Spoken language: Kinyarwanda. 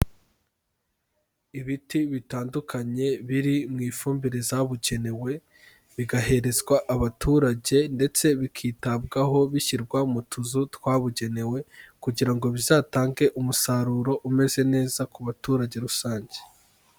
Ibiti bitandukanye biri mu ifumbire zabugenewe, bigaherezwa abaturage ndetse bikitabwaho bishyirwa mu tuzu twabugenewe kugira ngo bizatange umusaruro umeze neza ku baturage rusange.